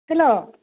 hello